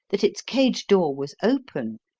that its cage-door was open,